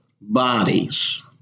bodies